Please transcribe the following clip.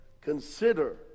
Consider